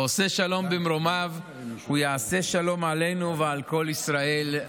ו"עושה שלום במרומיו הוא יעשה שלום עלינו ועל כל ישראל",